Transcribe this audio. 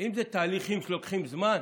אם אלה תהליכים שלוקחים זמן,